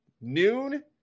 noon